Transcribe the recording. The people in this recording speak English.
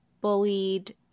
bullied